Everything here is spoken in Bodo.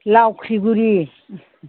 लावख्रिगुरि